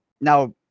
Now